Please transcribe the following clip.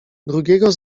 drugiego